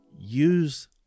use